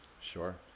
Sure